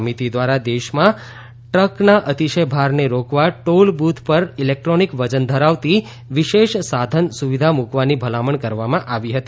સમિતિ દ્વારા દેશમાં ટ્રકના અતિશય ભારને રોકવા ટોલ બૂથ પર ઈલેક્ટ્રોનિક વજન ધરાવતી વિશેષ સાધન સુવિધા મૂકવાની ભલામણ કરવામાં આવી હતી